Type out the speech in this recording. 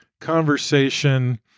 conversation